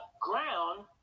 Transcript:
ground